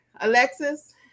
Alexis